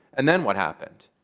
and then what happened?